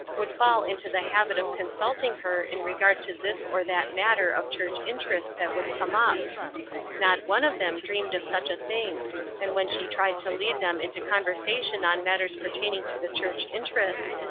would fall into the habit of consulting her in regard to this or that matter of church interest that would come up not one of them dreamed of such a thing and when she tried to lead them into conversation on matters pertaining to the church interests,